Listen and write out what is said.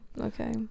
okay